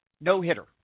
no-hitter